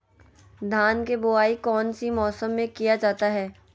धान के बोआई कौन सी मौसम में किया जाता है?